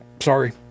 sorry